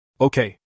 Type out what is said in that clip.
Okay